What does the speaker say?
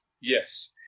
yes